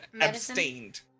abstained